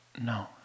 no